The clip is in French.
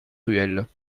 ruelle